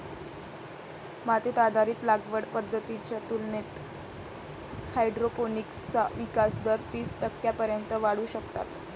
माती आधारित लागवड पद्धतींच्या तुलनेत हायड्रोपोनिक्सचा विकास दर तीस टक्क्यांपर्यंत वाढवू शकतात